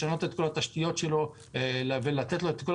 לשנות את כל התשתיות שלו ולתת לו את כל